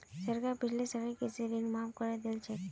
सरकार पिछले सालेर कृषि ऋण माफ़ करे दिल छेक